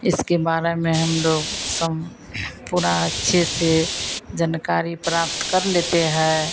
इसके बारे में हमलोग सब पूरा अच्छे से जानकारी प्राप्त कर लेते हैं